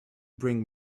bring